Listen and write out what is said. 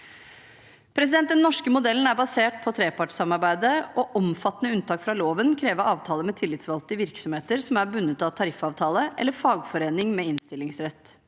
Den norske modellen er basert på trepartssamarbeidet, og omfattende unntak fra loven krever avtale med tillitsvalgte i virksomheter som er bundet av tariffavtale, eller med fagforening som har innstillingsrett.